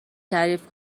تعریف